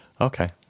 Okay